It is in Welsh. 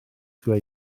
greu